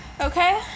Okay